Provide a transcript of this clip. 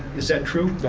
is that true?